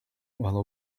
while